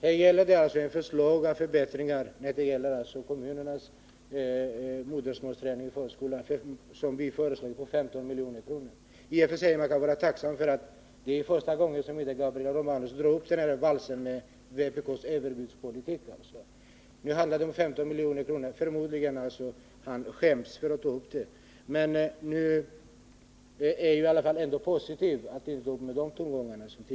Här gäller det ett förslag om förbättringar av kommunernas möjligheter att bereda invandrarbarn modersmålsträning i förskolan. För detta ändamål föreslår vi ett anslag på 15 milj.kr. I och för sig får jag väl vara tacksam, eftersom det nu är första gången som Gabriel Romanus inte drar den där valsen om vpk:s överbudspolitik. Nu handlar det ju om 15 milj.kr., och förmodligen skäms han för att tala om överbud i det sammanhanget. Det är i alla fall positivt att vi slipper höra de tongångarna.